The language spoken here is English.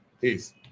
Peace